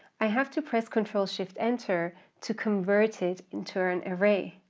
i have to press control shift enter to convert it into an array,